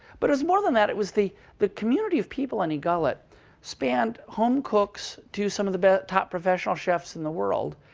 but it was more than that. it was the the community of people on egullet spanned home cooks to some of the but top professional chefs in the world.